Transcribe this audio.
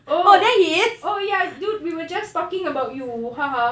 oh oh ya dude we were just talking about you